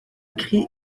cri